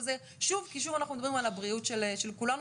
כי שוב אנחנו מדברים על הבריאות של כולנו